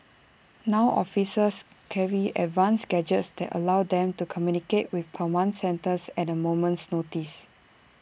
now officers carry advanced gadgets that allow them to communicate with command centres at A moment's notice